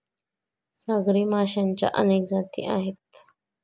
सागरी माशांच्या अनेक जाती आहेत